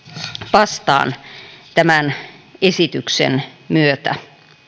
vastaan tämän esityksen myötä